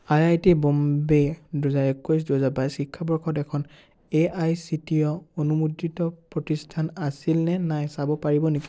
I I T Bombay দুহেজাৰ একৈছ দুহেজাৰ বাইছ শিক্ষাবৰ্ষত এখন A I C T E' অনুমোদিত প্ৰতিষ্ঠান আছিল নে নাই চাব পাৰিব নেকি